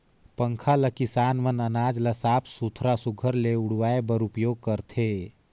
पंखा ल किसान मन अनाज ल साफ सुथरा सुग्घर ले उड़वाए बर उपियोग करथे